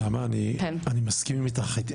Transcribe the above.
נעמה, אני מסכים איתך.